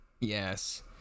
yes